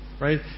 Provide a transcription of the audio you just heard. right